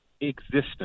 existence